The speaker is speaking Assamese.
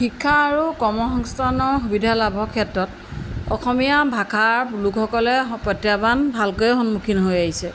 শিক্ষা আৰু কৰ্মসংস্থাপনৰ সুবিধা লাভৰ ক্ষেত্ৰত অসমীয়া ভাষাৰ লোকসকলে প্ৰত্যাহ্বান ভালকৈ সন্মুখীন হৈ আহিছে